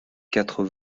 quatre